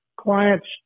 clients